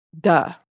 duh